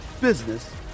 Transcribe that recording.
business